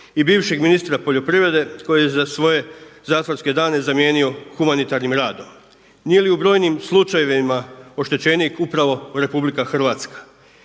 i bivšeg ministra poljoprivrede koji je svoje zatvorske dane zamijenio humanitarnim radom. Nije li u brojnim slučajevima oštećenik upravo Republika Hrvatska?